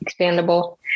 expandable